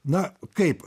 na kaip